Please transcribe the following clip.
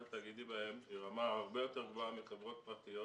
התאגידי בהן היא רמה הרבה יותר גבוהה מחברות פרטיות.